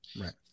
Right